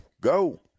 go